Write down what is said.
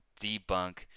debunk